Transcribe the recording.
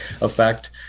effect